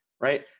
right